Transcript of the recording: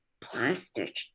plastic